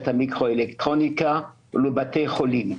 המיקרו אלקטרוניקה, ולבתי חולים.